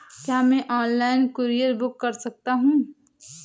क्या मैं online courier book कर सकता हूँ?